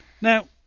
Now